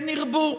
כן ירבו.